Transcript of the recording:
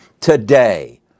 today